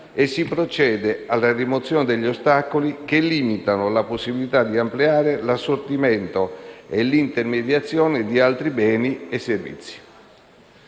e si procede alla rimozione degli ostacoli che limitano la possibilità di ampliare l'assortimento e l'intermediazione di altri beni e servizi.